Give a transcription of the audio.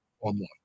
online